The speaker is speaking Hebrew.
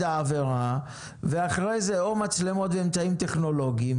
העבירה ואחר כך או מצלמות ואמצעים טכנולוגיים